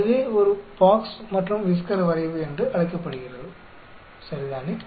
அதுவே ஒரு பாக்ஸ் மற்றும் விஸ்கர் வரைவு என்று அழைக்கப்படுகிறது சரிதானே